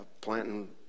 planting